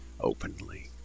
openly